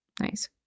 Nice